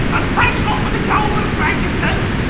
and thanks a lot for the gold and frankincense.